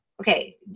okay